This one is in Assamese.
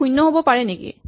ই শূণ্য হ'ব পাৰে নেকি